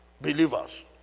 believers